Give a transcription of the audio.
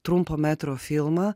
trumpo metro filmą